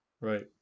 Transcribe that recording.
Right